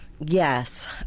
Yes